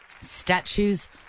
statues